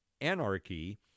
anarchy